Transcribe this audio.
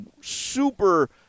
super